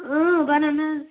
بَنان حظ